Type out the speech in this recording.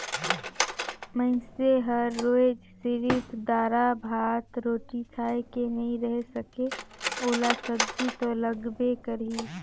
मइनसे हर रोयज सिरिफ दारा, भात, रोटी खाए के नइ रहें सके ओला सब्जी तो लगबे करही